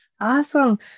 awesome